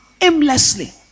aimlessly